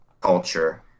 culture